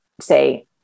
say